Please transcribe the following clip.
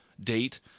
date